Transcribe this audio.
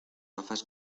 gafas